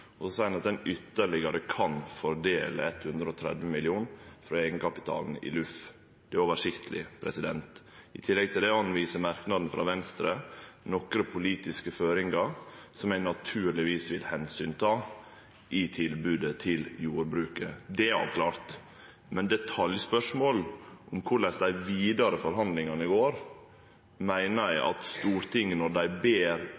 og så seier ein at ein ytterlegare kan fordele 130 mill. kr frå eigenkapitalen i LUF. Det er oversiktleg. I tillegg til det anviser merknaden frå Venstre nokre politiske føringar, som eg naturlegvis vil ta omsyn til i tilbodet til jordbruket. Det er avklart. Men når det gjeld detaljspørsmål om korleis dei vidare forhandlingane går: Når Stortinget ber